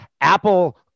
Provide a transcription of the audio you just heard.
Apple